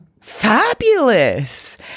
Fabulous